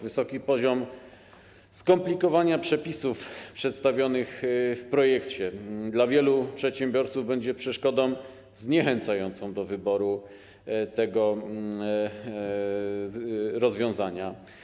Wysoki poziom skomplikowania przepisów przedstawionych w projekcie dla wielu przedsiębiorców będzie przeszkodą zniechęcającą do wyboru tego rozwiązania.